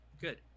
Good